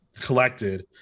Collected